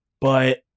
but-